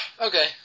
Okay